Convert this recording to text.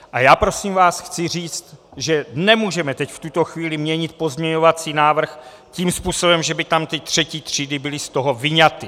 A já chci říct, že nemůžeme teď v tuto chvíli měnit pozměňovací návrh tím způsobem, že by tam ty třetí třídy byly z toho vyňaty.